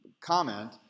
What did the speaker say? comment